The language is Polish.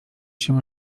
się